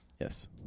Yes